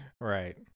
Right